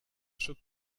should